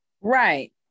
right